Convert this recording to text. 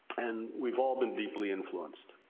and we have all been deeply influenced.